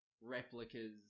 replicas